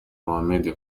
mohammed